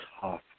tough